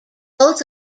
both